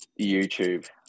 YouTube